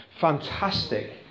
fantastic